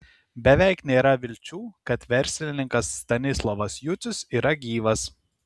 beveik nėra vilčių kad verslininkas stanislovas jucius yra gyvas